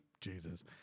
Jesus